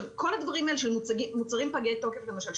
כל הדברים האלה של מוצרים פגי תוקף למשל,